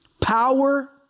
power